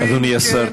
אדוני השר,